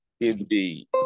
Indeed